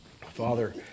Father